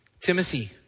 Timothy